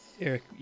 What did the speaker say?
Eric